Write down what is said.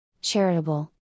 charitable